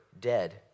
dead